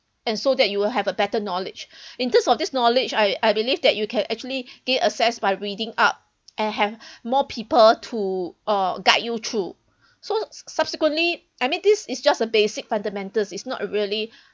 and so that you will have a better knowledge in terms of this knowledge I I believe that you can actually gain assessed by reading up and have more people to uh guide you through so subsequently I mean this is just a basic fundamentals is not really